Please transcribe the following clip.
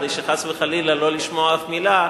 כדי שלא לשמוע חס וחלילה אף מלה,